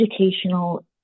educational